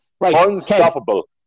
Unstoppable